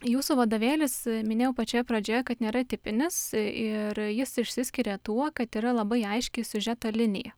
jūsų vadovėlis minėjau pačioje pradžioje kad nėra tipinis ir jis išsiskiria tuo kad yra labai aiški siužeto linija